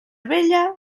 vella